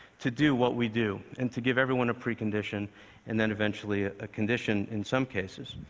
to do what we do, and to give everyone a precondition and then eventually a condition, in some cases.